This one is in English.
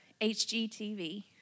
HGTV